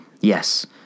Yes